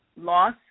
loss